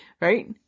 Right